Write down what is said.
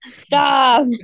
stop